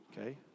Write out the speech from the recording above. Okay